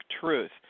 truth